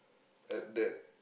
at that